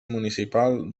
municipal